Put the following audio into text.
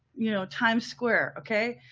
you know, times square. okay?